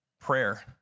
Prayer